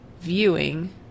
viewing